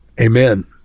Amen